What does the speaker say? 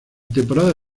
temporada